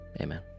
amen